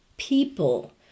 people